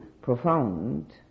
profound